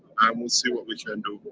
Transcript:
um we'll see what we can do.